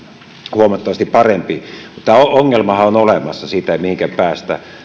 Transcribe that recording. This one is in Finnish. huomattavasti parempi mutta ongelmahan on olemassa siitä ei mihinkään päästä